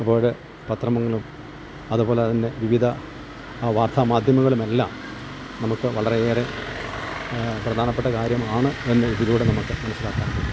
അപ്പോഴ് പത്രങ്ങളും അതുപോലെ തന്നെ വിവിധ വാർത്താമാധ്യമങ്ങളുമെല്ലാം നമുക്ക് വളരെയേറെ പ്രധാനപ്പെട്ട കാര്യമാണ് എന്ന് ഇതിലൂടെ നമുക്ക് മനസ്സിലാക്കാന് പറ്റും